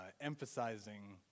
emphasizing